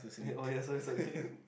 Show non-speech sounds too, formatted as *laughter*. eh oh yeah sorry sorry *laughs*